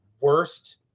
worst